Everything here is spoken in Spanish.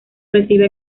recibe